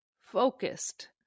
focused